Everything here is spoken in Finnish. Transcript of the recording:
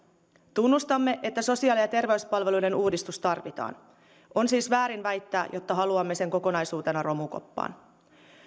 tunnustamme että sosiaali ja terveyspalveluiden uudistus tarvitaan on siis väärin väittää että haluamme sen kokonaisuutena romukoppaan